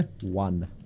One